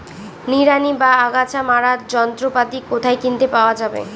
নিড়ানি বা আগাছা মারার যন্ত্রপাতি কোথায় কিনতে পাওয়া যাবে?